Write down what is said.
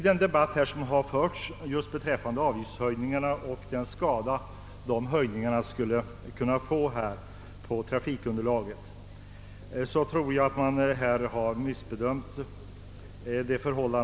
Av debatten beträffande avgiftshöjningarna och den skada dessa skulle kunna åstadkomma på trafikunderlaget har framgått att man nog felbedömt riskerna.